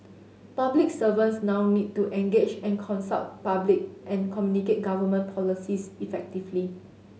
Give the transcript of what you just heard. public servants now need to engage and consult public and communicate government policies effectively